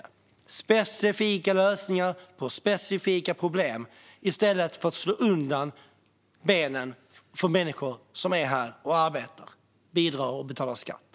Vi vill se specifika lösningar på specifika problem i stället för att slå undan benen för människor som är här och arbetar, bidrar och betalar skatt.